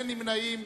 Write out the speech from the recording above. אין נמנעים.